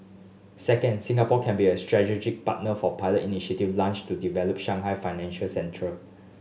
second Singapore can be a strategic partner for pilot initiative launched to develop Shanghai financial centre